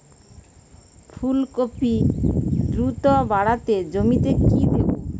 ফুলকপি দ্রুত বাড়াতে জমিতে কি দেবো?